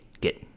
get